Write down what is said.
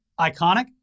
iconic